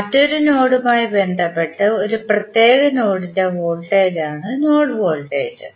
മറ്റൊരു നോഡുമായി ബന്ധപ്പെട്ട് ഒരു പ്രത്യേക നോഡിന്റെ വോൾട്ടേജാണ് നോഡ് വോൾട്ടേജ്